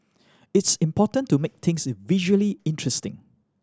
it's important to make things visually interesting